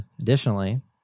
additionally